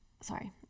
Sorry